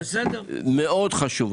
מאוד חשובה,